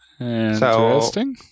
Interesting